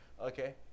Okay